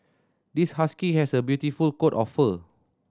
this husky has a beautiful coat of fur